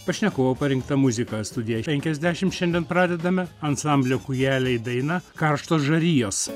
pašnekovo parinkta muzika studiją penkiasdešimt šiandien pradedame ansamblio kūjeliai daina karštos žarijos